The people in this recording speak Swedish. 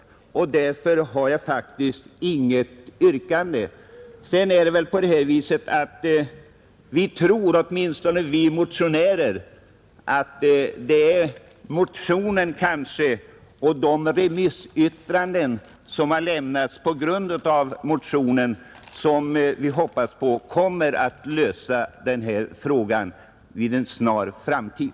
Därför har jag inget yrkande, Vidare tror åtminstone vi motionärer att motionen och de remissyttranden som avgivits över motionen kommer att leda till att detta problem kommer att lösas inom en snar framtid.